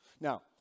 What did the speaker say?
Now